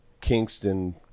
Kingston